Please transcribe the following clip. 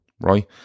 right